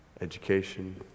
education